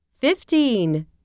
Fifteen